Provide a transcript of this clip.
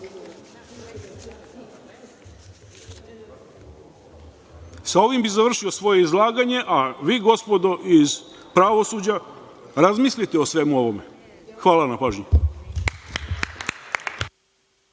društva. Ovim bih završio svoje izlaganje, a vi, gospodo iz pravosuđa, razmislite o svemu ovome. Hvala na pažnji.